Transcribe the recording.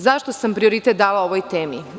Zašto sam prioritet dala ovoj temi?